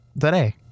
today